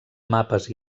mapes